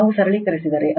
ನಾವು ಸರಳೀಕರಿಸಿದರೆ ಅದು 1 0